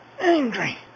angry